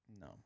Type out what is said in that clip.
No